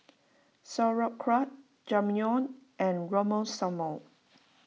Sauerkraut Ramyeon and Monsunabe